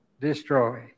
destroy